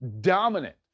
dominant